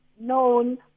known